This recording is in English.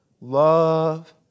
love